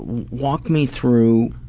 walk me through